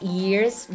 years